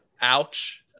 Ouch